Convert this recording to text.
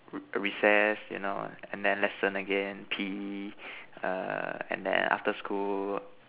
re~ recess you know and then lesson again P_E err and then after school